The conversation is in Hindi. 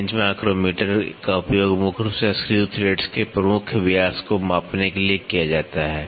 बेंच माइक्रोमीटर का उपयोग मुख्य रूप से स्क्रू थ्रेड्स के प्रमुख व्यास को मापने के लिए किया जाता है